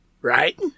Right